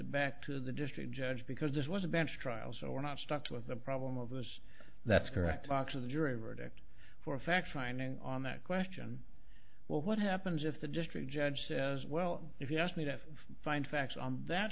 sent back to the district judge because this was a bench trial so we're not stuck with the problem of us that's correct oxer the jury verdict for a fact finding on that question well what happens if the district judge says well if you ask me to find facts on that